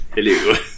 Hello